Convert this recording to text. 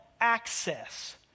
access